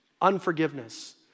Unforgiveness